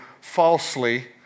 falsely